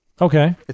Okay